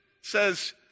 says